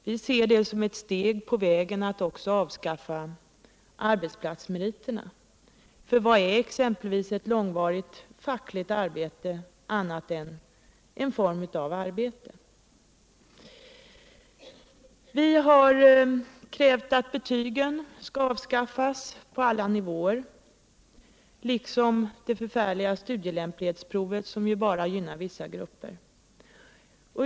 Vi ser det som ett steg på vägen mot att också avskaffa arbetsplatsmeriterna. För vad är exempelvis ett långvarigt fackligt arbete annat än en form av arbete? Vi har vidare krävt att betygen skall avskaffas på alla nivåer liksom det förfärliga studielämplighetsprovet, som ju bara gynnar vissa grupper.